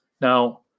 now